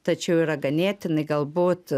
tačiau yra ganėtinai galbūt